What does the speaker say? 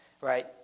right